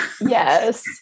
Yes